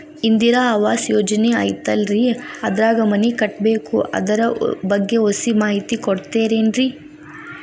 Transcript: ಇಂದಿರಾ ಆವಾಸ ಯೋಜನೆ ಐತೇಲ್ರಿ ಅದ್ರಾಗ ಮನಿ ಕಟ್ಬೇಕು ಅದರ ಬಗ್ಗೆ ಒಸಿ ಮಾಹಿತಿ ಕೊಡ್ತೇರೆನ್ರಿ?